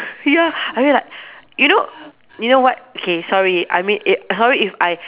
ya I mean like you know you know what okay sorry I mean it sorry if I